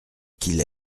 qu’il